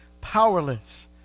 powerless